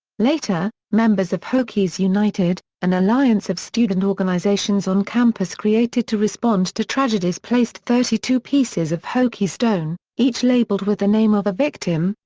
later, members of hokies united, an alliance of student organizations on campus created to respond to tragedies tragedies placed thirty two pieces of hokie stone, each labeled with the name of a victim,